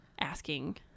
asking